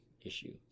issue